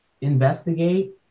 investigate